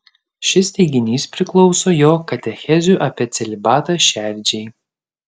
šis teiginys priklauso jo katechezių apie celibatą šerdžiai